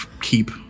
keep